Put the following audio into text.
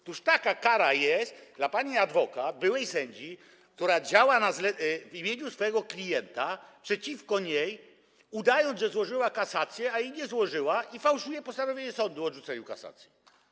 Otóż taka kara jest dla pani adwokat, byłej sędzi, która działa w imieniu swojego klienta przeciwko niej, udając, że złożyła kasację, a jej nie złożyła, i fałszuje postanowienie sądu o odrzuceniu kasacji.